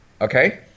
okay